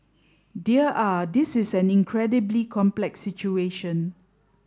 dear ah this is an incredibly complex situation